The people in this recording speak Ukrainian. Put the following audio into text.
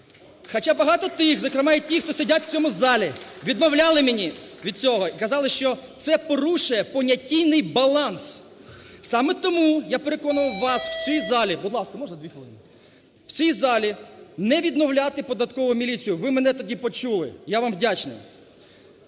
Хоча багато тих, зокрема і тих, хто сидять в цьому залі, відмовляли мене від цього і казали, що це порушує понятійний баланс. Саме тому я переконував вас в цій залі, (будь ласка, можна 2 хвилини), в цій залі не відновляти податкову міліцію. Ви мене тоді почули, я вам вдячний.